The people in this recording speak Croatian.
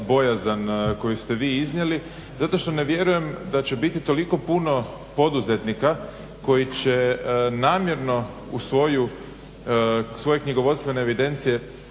koju ste vi iznijeli, zato što ne vjerujem da će biti toliko puno poduzetnika koji će namjerno u svoju, u svoje knjigovodstvene evidencije